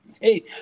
Hey